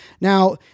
now